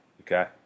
Okay